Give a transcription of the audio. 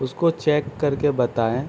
اس کو چیک کر کے بتائیں